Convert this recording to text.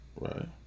Right